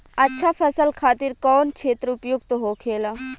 अच्छा फसल खातिर कौन क्षेत्र उपयुक्त होखेला?